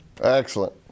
Excellent